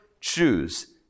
choose